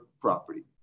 property